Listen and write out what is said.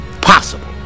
possible